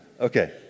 Okay